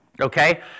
okay